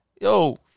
Yo